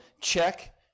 check